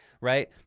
right